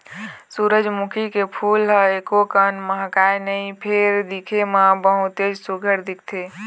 सूरजमुखी के फूल ह एकोकन महकय नहि फेर दिखे म बहुतेच सुग्घर दिखथे